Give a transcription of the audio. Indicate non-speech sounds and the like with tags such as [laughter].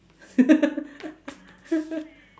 [laughs]